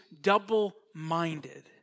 double-minded